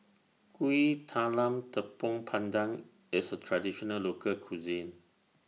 Kuih Talam Tepong Pandan IS A Traditional Local Cuisine